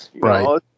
right